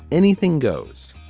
anything goes.